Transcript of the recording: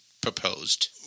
proposed